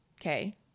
okay